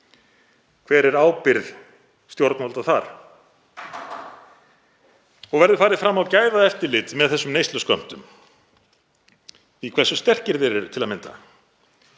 Hver er ábyrgð stjórnvalda þar? Verður farið fram á gæðaeftirlit með þessum neysluskömmtum, því hversu sterkir þeir eru til að mynda?